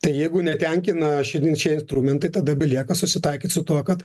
tai jeigu netenkina šidinčiai instrumentai tada belieka susitaikyt su tuo kad